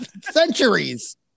Centuries